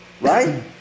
right